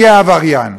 יהיה עבריין.